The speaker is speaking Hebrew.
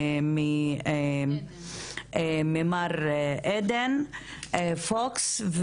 ממר עדן פוקס.